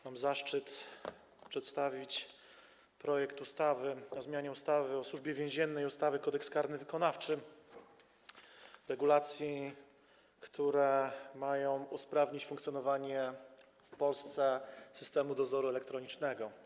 Mam zaszczyt przedstawić projekt ustawy o zmianie ustawy o Służbie Więziennej i ustawy Kodeks karny wykonawczy, projekt regulacji, które mają usprawnić funkcjonowanie w Polsce systemu dozoru elektronicznego.